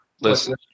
listen